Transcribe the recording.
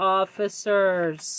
officers